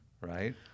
right